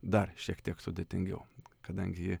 dar šiek tiek sudėtingiau kadangi ji